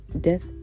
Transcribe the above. death